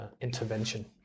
intervention